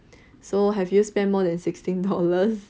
so have you spent more than sixteen dollars